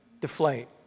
deflate